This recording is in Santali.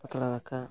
ᱯᱟᱛᱲᱟ ᱫᱟᱠᱟ